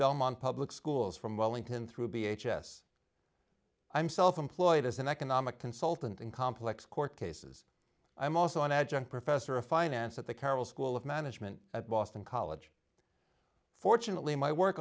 belmont public schools from wellington through b h s i'm self employed as an economic consultant in complex court cases i'm also an adjunct professor of finance at the carroll school of management at boston college fortunately my work